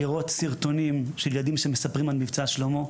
לראות סרטונים של ילדים שמספרים על "מבצע שלמה",